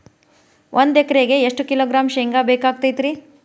ಒಂದು ಎಕರೆಗೆ ಎಷ್ಟು ಕಿಲೋಗ್ರಾಂ ಶೇಂಗಾ ಬೇಕಾಗತೈತ್ರಿ?